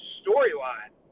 storyline